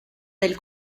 del